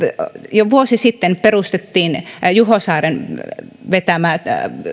jo vuosi sitten perustettiin juho saaren vetämä